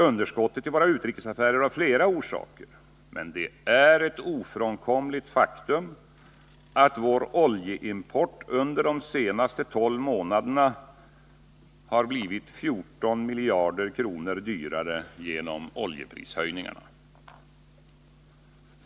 Underskottet i våra utrikesaffärer har naturligtvis flera orsaker, men det är ett ofrånkomligt faktum att vår oljeimport under de senaste tolv månaderna blev 14 miljarder dyrare genom oljeprishöjningarna.